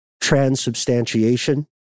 transubstantiation